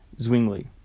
Zwingli